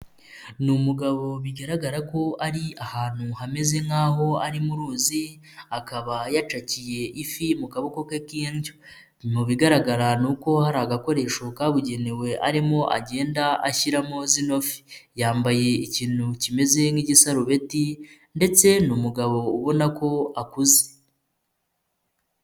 Ni umugabo bigaragara ko ari ahantu hameze nk'aho ari mu ruzi, akaba yacakiye ifi mu kaboko ke k'indyo, mu bigaragara ni uko hari agakoresho kabugenewe, arimo agenda ashyiramo zinofi yambaye ikintu kimeze nk'igisarubeti ndetse n'umugabo ubona ko akuze.